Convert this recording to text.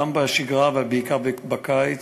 גם בשגרה, אבל בעיקר בקיץ,